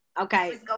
Okay